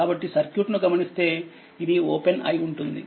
కాబట్టిసర్క్యూట్ ను గమనిస్తేఇదిఓపెన్ అయి ఉంటుంది